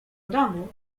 domu